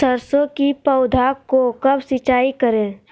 सरसों की पौधा को कब सिंचाई करे?